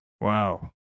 Wow